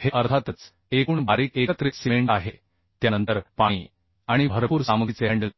हे अर्थातच एकूण बारीक एकत्रित सिमेंट आहे त्यानंतर पाणी आणि भरपूर सामग्रीचे हँडल